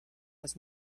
was